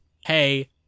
hey